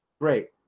Great